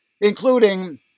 including